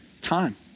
time